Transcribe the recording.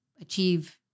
achieve